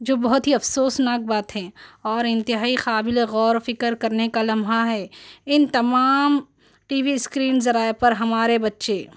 جو بہت ہی افسوسناک بات ہے اور انتہائی قابل غور و فکر کرنے کا لمحہ ہے ان تمام ٹی وی اسکرینز ذرائع پر ہمارے بچے